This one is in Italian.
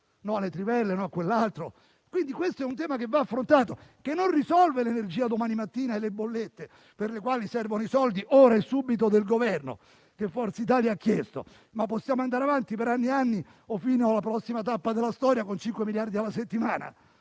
No alle trivelle, no a questo, no a quell'altro. È un tema che va affrontato, che non risolve il problema dell'energia domani mattina e delle bollette, per le quali servono i soldi ora e subito del Governo, come Forza Italia ha chiesto. Ma possiamo andare avanti per anni e anni o fino alla prossima tappa della storia con 5 miliardi alla settimana?